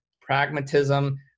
pragmatism